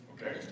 Okay